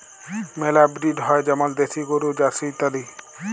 মেলা ব্রিড হ্যয় যেমল দেশি গরু, জার্সি ইত্যাদি